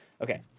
Okay